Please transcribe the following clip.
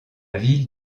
ville